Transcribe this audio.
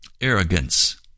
Arrogance